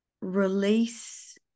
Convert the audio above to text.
release